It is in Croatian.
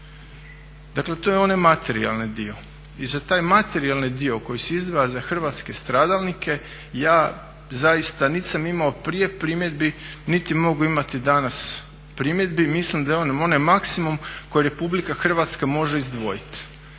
Dakle, to je onaj materijalni dio i za taj materijalni dio koji se izdvaja za hrvatske stradalnike ja zaista niti sam imao prije primjedbi, niti mogu imati danas primjedbi. Mislim da je on onaj maksimum koji Republika Hrvatska može izdvojiti